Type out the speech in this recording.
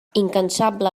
incansable